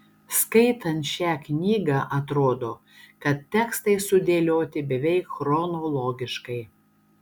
skaitant šią knygą atrodo kad tekstai sudėlioti beveik chronologiškai